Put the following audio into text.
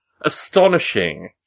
astonishing